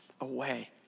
away